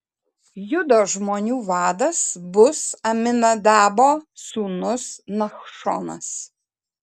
judo žmonių vadas bus aminadabo sūnus nachšonas